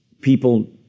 people